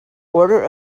order